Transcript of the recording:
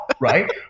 right